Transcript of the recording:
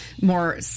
more